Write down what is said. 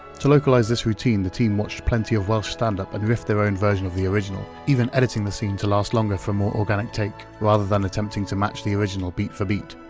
to localize this routine, the team watched plenty of welsh stand-up and riffed their own version of the original, even editing the scene to last longer for a more organic take rather than attempting to match the original beat for beat.